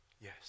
yes